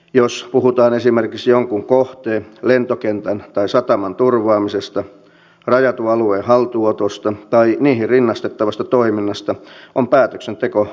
jos puhutaan esimerkiksi jonkun kohteen lentokentän tai sataman turvaamisesta rajatun alueen haltuunotosta tai niihin rinnastettavasta toiminnasta on päätöksenteko auttamattomasti jälkijättöistä